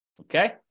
Okay